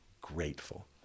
grateful